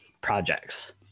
projects